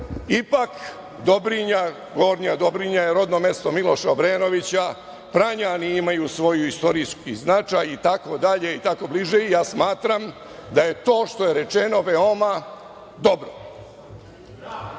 ipak Dobrinja, Gornja Dobrinja je rodno mesto Miloša Obrenovića, Pranjani imaju svoj istorijski značaj itd. i smatram da je to što je rečeno veoma